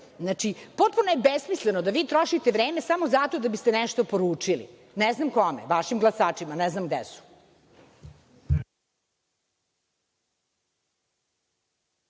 potpuno je besmisleno da vi trošite vreme samo zato da biste nešto poručili, ne znam kome. Vašim glasačima? Ne znam gde